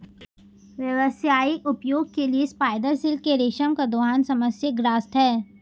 व्यावसायिक उपयोग के लिए स्पाइडर सिल्क के रेशम का दोहन समस्याग्रस्त है